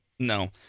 No